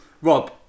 Rob